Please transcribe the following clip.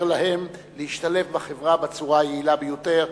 להם להשתלב בחברה בצורה היעילה ביותר.